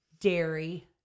dairy